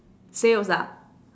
sales ah